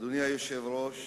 אדוני היושב-ראש,